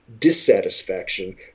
dissatisfaction